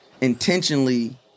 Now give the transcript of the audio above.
intentionally